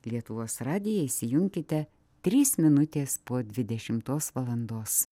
lietuvos radiją įsijunkite trys minutės po dvidešimtos valandos